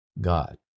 God